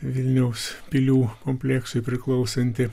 vilniaus pilių kompleksui priklausantį